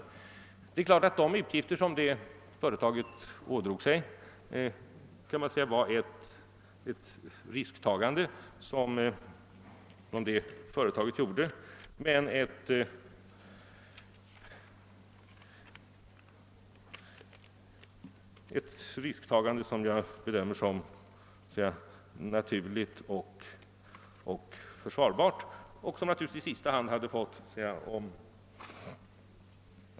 Självfallet innebar de utgifter som detta företag ådrog sig ett risktagande, vilket jag emellertid bedömer som mnaturligt och försvarbart.